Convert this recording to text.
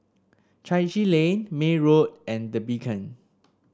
Chai Chee Lane May Road and The Beacon